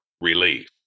relief